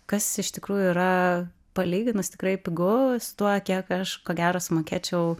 kas iš tikrųjų yra palyginus tikrai pigu su tuo kiek aš ko gero sumokėčiau